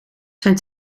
zijn